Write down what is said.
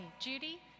Judy